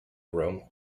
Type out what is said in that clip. rome